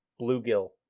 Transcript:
bluegill